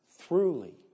truly